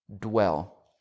dwell